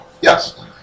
Yes